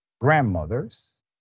grandmothers